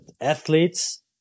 athletes